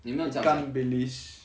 ikan-bilis